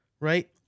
Right